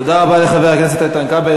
תודה רבה לחבר הכנסת איתן כבל,